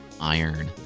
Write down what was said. iron